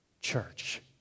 church